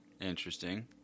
Interesting